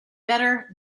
better